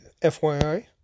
fyi